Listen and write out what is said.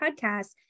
podcast